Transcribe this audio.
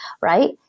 right